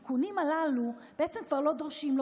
התיקונים הללו בעצם כבר לא דורשים,